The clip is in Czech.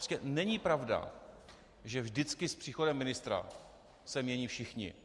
Prostě není pravda, že vždycky s příchodem ministra se mění všichni.